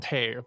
Hey